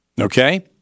okay